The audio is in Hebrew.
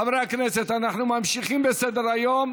חברי הכנסת, אנחנו ממשיכים בסדר-היום.